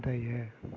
முந்தைய